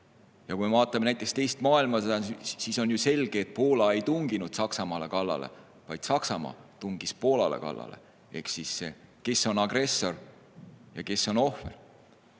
hakkas. Vaatame näiteks teist maailmasõda. On ju selge, et mitte Poola ei tunginud Saksamaale kallale, vaid Saksamaa tungis Poolale kallale. Ehk siis, kes on agressor ja kes on ohver?